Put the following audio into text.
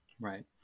right